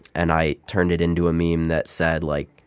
and i turned it into a meme that said, like,